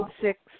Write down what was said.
six